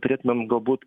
turėtumėm galbūt